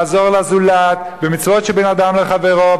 לעזור לזולת במצוות שבין אדם לחברו,